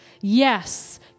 Yes